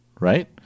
right